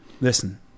listen